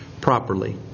properly